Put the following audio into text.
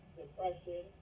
depression